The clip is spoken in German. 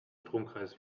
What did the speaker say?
stromkreis